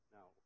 Now